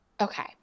okay